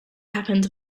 happens